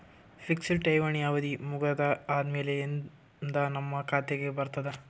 Fixed ಠೇವಣಿ ಅವಧಿ ಮುಗದ ಆದಮೇಲೆ ಎಂದ ನಮ್ಮ ಖಾತೆಗೆ ಬರತದ?